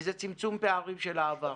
וזה צמצום פערים של העבר.